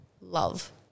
love